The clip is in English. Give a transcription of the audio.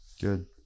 Good